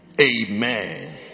Amen